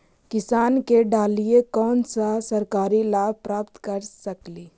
किसान के डालीय कोन सा सरकरी लाभ प्राप्त कर सकली?